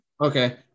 Okay